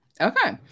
Okay